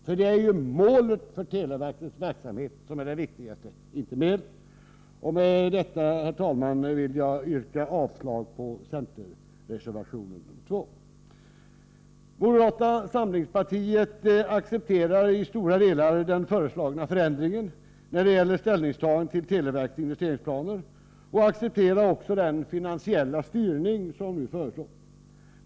Och det är ju målen för televerkets verksamhet som är det viktigaste, inte medlen. Med detta, herr talman, vill jag yrka avslag på centerreservation nr2. Moderata samlingspartiet accepterar i stora delar den föreslagna förändringen när det gäller ställningstagandet till televerkets investeringsplaner, och man accepterar också den finansiella styrning som nu föreslås.